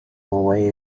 away